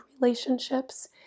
relationships